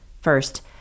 First